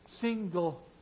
single